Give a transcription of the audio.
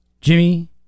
Jimmy